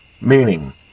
meaning